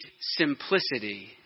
simplicity